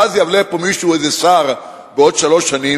ואז יעלה פה איזה שר בעוד שלוש שנים